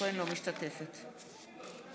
משתתפת בהצבעה